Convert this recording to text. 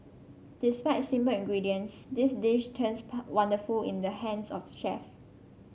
despite simple ingredients this dish turns wonderful in the hands of chef